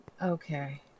Okay